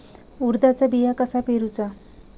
उडदाचा बिया कसा पेरूचा?